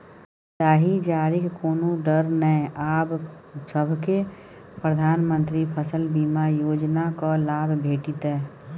दाही जारीक कोनो डर नै आब सभकै प्रधानमंत्री फसल बीमा योजनाक लाभ भेटितै